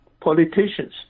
Politicians